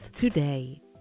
today